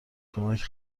کمک